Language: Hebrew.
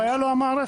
הבעיה היא לא המערכת.